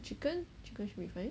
chicken chicken should be fine